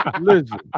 Listen